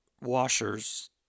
washers